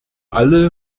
alle